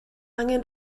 angen